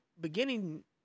beginning